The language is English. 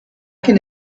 can